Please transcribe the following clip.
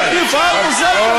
לא כולם, אורן, איך יפעל מוסד כזה?